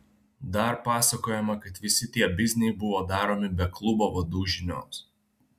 dar pasakojama kad visi tie bizniai buvo daromi be klubo vadų žinios